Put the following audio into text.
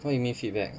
what you mean feedback